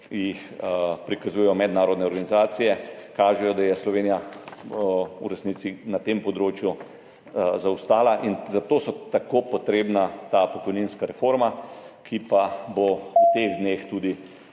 jih prikazujejo mednarodne organizacije, kažejo, da je Slovenija v resnici na tem področju zaostala. Zato je tako potrebna ta pokojninska reforma, ki pa bo v teh dneh tudi